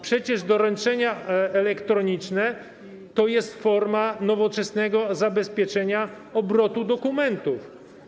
Przecież doręczenia elektroniczne to jest forma nowoczesnego zabezpieczenia obrotu dokumentów.